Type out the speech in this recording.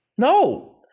no